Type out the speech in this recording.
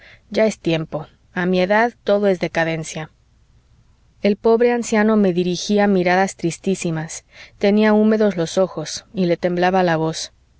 ya es tiempo a mi edad todo es decadencia el pobre anciano me dirigía miradas tristísimas tenía húmedos los ojos y le temblaba la voz